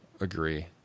Agree